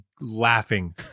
laughing